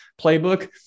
playbook